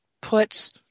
puts